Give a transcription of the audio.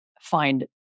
find